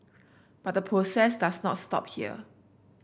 but the process does not stop here